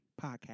Podcast